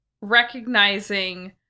recognizing